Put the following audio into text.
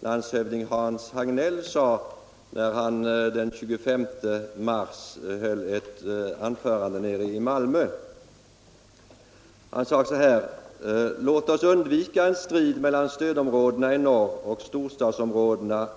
landshövding Hans Hagnell, sade när han den 25 mars höll ett anförande nere i Malmö. Han sade så här: Låt oss undvika en strid kring lokaliseringspengarna mellan stödområdena i norr och storstadsområdena!